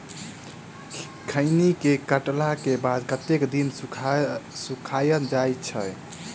खैनी केँ काटला केँ बाद कतेक दिन सुखाइल जाय छैय?